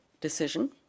decision